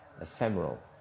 ephemeral